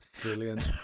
Brilliant